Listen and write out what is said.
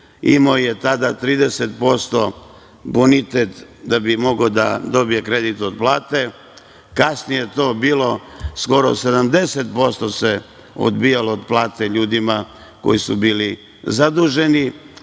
imao je tada 30% bonitet da bi mogao da dobije kredit od plate. Kasnije je to bilo skoro 70% se odbijalo od plate ljudima koji su bili zaduženi.